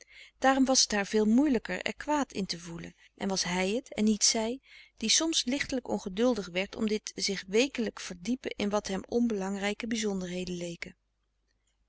daarom was het haar veel moeielijker er kwaad in te voelen en was hij het en niet zij die soms lichtelijk ongeduldig werd om dit zich weekelijk verdiepen in wat hem onbelangrijke bizonderheden leken